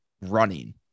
running